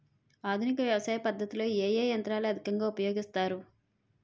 ఆధునిక వ్యవసయ పద్ధతిలో ఏ ఏ యంత్రాలు అధికంగా ఉపయోగిస్తారు?